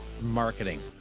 marketing